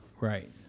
Right